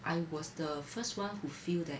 I was the first one who feel that